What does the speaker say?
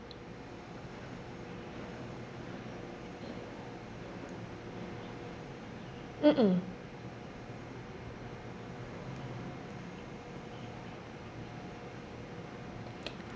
mm mm